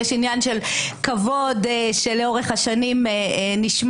יש עניין של כבוד שלאורך השנים נשמר,